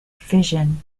fission